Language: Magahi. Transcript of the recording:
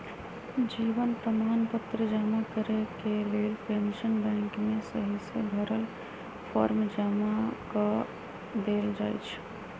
जीवन प्रमाण पत्र जमा करेके लेल पेंशन बैंक में सहिसे भरल फॉर्म जमा कऽ देल जाइ छइ